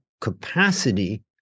capacity